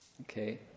Okay